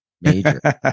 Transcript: major